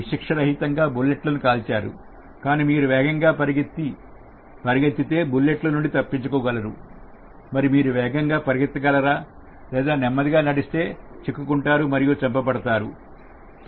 విశిక్ష రహితంగా బుల్లెట్లను కాల్చారు కానీ మీరు వేగంగా పరిగెత్తే బుల్లెట్ నుండి తప్పించుకోవచ్చు మరి మీరు వేగంగా పరిగెత్తగలరా లేదా నెమ్మదిగా నడిస్తే చిక్కుకుంటారు మరియు చంపబడ్డారు